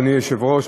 אדוני היושב-ראש,